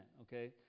okay